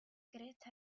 grete